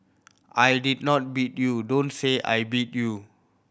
I did not beat you don't say I beat you